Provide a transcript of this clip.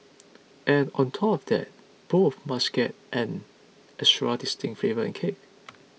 and on top of that both must get an extra distinct flavour and kick